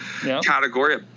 category